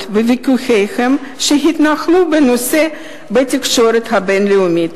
בוויכוחים שהתנהלו בנושא בתקשורת הבין-לאומית.